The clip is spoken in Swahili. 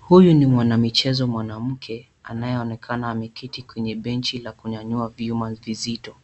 Huyu ni mwanamichezo mwanamke, anaye onekana ameketi kwenye benchi la kunyanyua vyuma vizito.